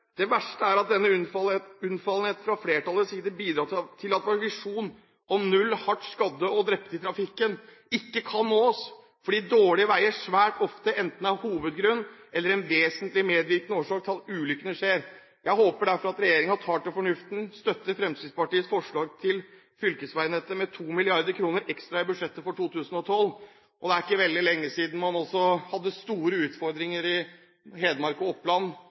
Det verste er at denne unnfallenheten fra flertallets side bidrar til at visjonen om null hardt skadde og drepte i trafikken ikke kan nås, fordi dårlige veier svært ofte enten er hovedgrunnen eller er en vesentlig medvirkende årsak til at ulykkene skjer. Jeg håper derfor at regjeringen tar til fornuft og støtter Fremskrittspartiets forslag om 2 mrd. kr ekstra til fylkesveinettet i budsjettet for 2012. Det er ikke veldig lenge siden man hadde store utfordringer i Hedmark og Oppland,